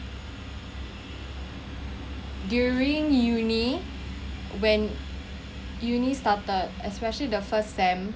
during uni when uni started especially the first sem~